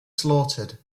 slaughtered